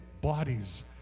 bodies